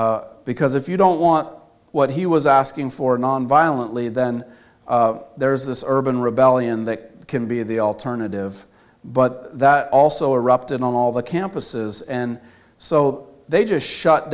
because if you don't want what he was asking for nonviolently then there's this urban rebellion that can be the alternative but that also erupted on all the campuses and so they just shut